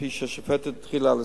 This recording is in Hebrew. כפי שהשופטת התחילה לעשות,